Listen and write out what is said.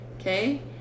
Okay